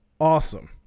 awesome